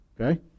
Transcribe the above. Okay